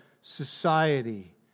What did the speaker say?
society